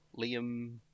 Liam